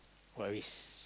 what risk